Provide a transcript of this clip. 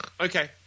Okay